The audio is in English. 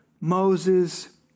Moses